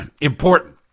important